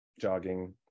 jogging